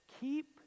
keep